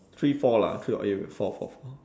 three four lah three eh wait four four four